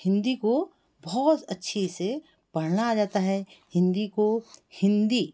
हिंदी को बहुत अच्छे से पढ़ना आ जाता है हिंदी को हिंदी